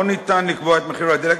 לא ניתן לקבוע את מחיר הדלק,